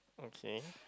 okay